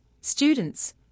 students